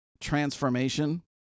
transformation